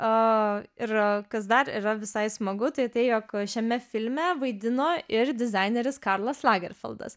o ir kas dar yra visai smagu tai tai jog šiame filme vaidino ir dizaineris karlas lagerfildas